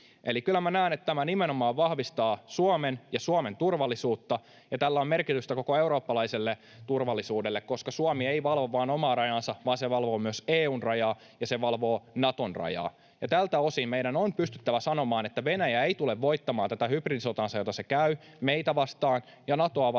Eli kyllä minä näen, että tämä nimenomaan vahvistaa Suomea ja Suomen turvallisuutta ja tällä on merkitystä koko eurooppalaiselle turvallisuudelle, koska Suomi ei valvo vain omaa rajaansa, vaan se valvoo myös EU:n rajaa ja se valvoo Naton rajaa. Ja tältä osin meidän on pystyttävä sanomaan, että Venäjä ei tule voittamaan tätä hybridisotaansa, jota se käy meitä vastaan ja Natoa vastaan